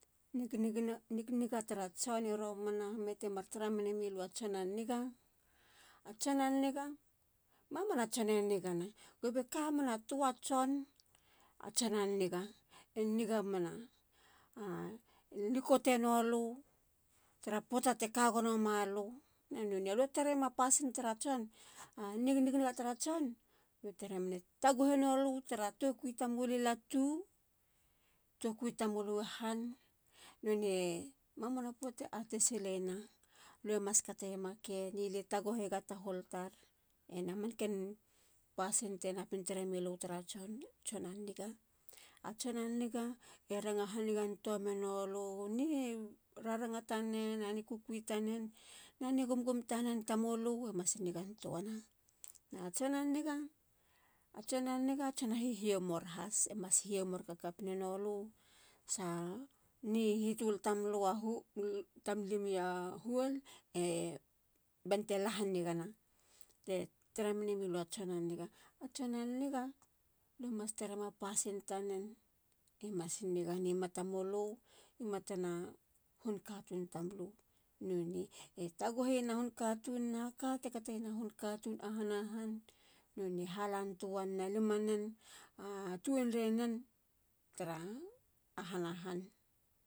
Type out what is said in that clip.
Nigniga tara tson i romana. mete mar tara mene milua tson a niga. a tson a nig. mamana tson e nigana. e kamena. toa tson, a tson a niga. e niga mena. e likotenolu. tarapoata te kagonomalu nanone. alue tareyema pasin tara tson a nigniga tara tson. lue tareyema pasin tara tson. a nigniga tara tson. lue tareyema taguhenolu. tara tokui tamulu i latu. tokui tamulu i han. none mamana poata e atesileyen lue mas kateyema keni. lie taguyega taahol tar. ena. manken pasin tenapin tara nemilu tara tson a niga. a tson a niga e ranga hanigantoamenolu. ni raranga tanen. a ni kuikui tanen. na nigumgum tanen i tamulu e mas nigantoana. na tson a niga. a tson a niga. tson a hihiomor has. hihiomor kakap nenolu sa hitul tamlimio a hul e bante lahanigana. te tara menemilua tson a niga. atson a niga lue mas tarema pasin tanen. mas niga ni matamulu. i matana hunkatun tamulu ni me. e taguheyena hunkatun. nahakate kateyena hunkatun i ahana han. none halan toa nena limanen. a tuenre nen tara ahana han.